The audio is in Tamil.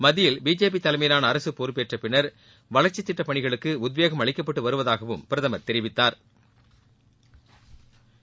மத்தியில் பிஜேபிதலைமையிவானஅரசுபொறுப்பேற்றபின்னா் வளா்ச்சித் திட்டப்பணிகளுக்குஉத்வேகம் அளிக்கப்பட்டுவருவதாகவும் பிரதமர் தெரிவித்தாா்